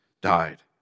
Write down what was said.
died